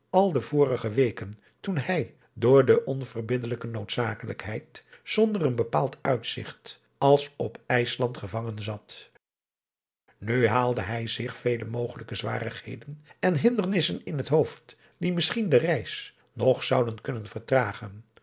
al de vorige weken toen hij door de onverbiddelijke noodzakelijkheid zonder een bepaald uitzigt als op ijsland gevangen zat nu haalde hij zich vele mogelijke zwarigheden en hindernissen in het hoofd die misschien de reis nog zouden kunnen vertragen